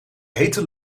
hete